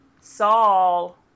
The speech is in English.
Saul